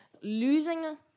losing